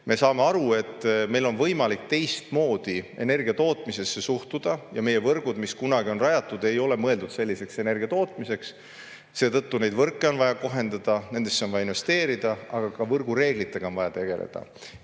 Me saame aru, et meil on võimalik teistmoodi energiatootmisesse suhtuda, ja meie võrgud, mis kunagi on rajatud, ei ole mõeldud selliseks energiatootmiseks. Seetõttu neid võrke on vaja kohendada, nendesse on vaja investeerida, aga ka võrgureeglitega on vaja tegeleda.